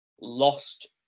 lost